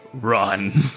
run